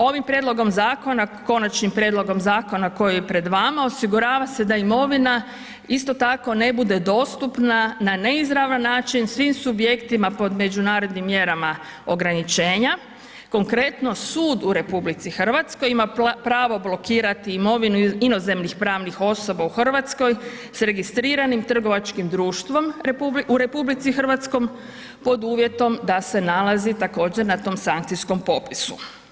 Ovim prijedlogom zakona, konačnim prijedlogom zakona koji je pred vama, osigurava se da imovina isto tako ne bude dostupna na neizravan način svim subjektima pod međunarodnim mjerama ograničenja, konkretno sud u RH ima prvo blokirati imovinu inozemnih pravnih osoba u Hrvatskoj s registriranim trgovačkim društvom u RH pod uvjetom da se nalazi također na tom sankcijskom popisu.